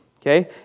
okay